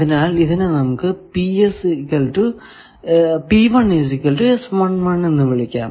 അതിനാൽ ഇതിനെ നമുക്ക് എന്ന് വിളിക്കാം